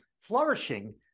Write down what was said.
flourishing